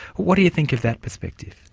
what do you think of that perspective?